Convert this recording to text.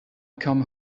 come